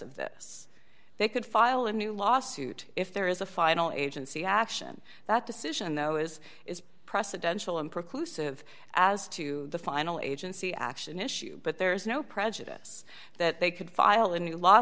of this they could file a new lawsuit if there is a final agency action that decision though is is precedential and precludes of as to the final agency action issue but there is no prejudice that they could file a new